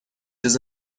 چیز